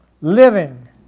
living